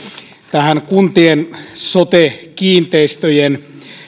tähän kuntien sote kiinteistöjen